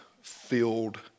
filled